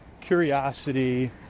curiosity